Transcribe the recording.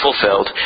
fulfilled